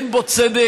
אין בו צדק,